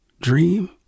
dream